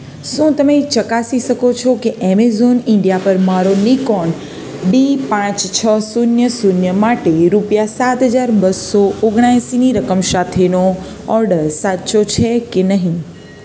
શું તમે એ ચકાસી શકો છો કે એમેઝોન ઇન્ડિયા પર મારો નિકોન ડી પાંચ છ શૂન્ય શૂન્ય માટે રૂપિયા સાત હજાર બસો ઓગણએંસીની રકમ સાથેનો ઓર્ડર સાચો છે કે નહીં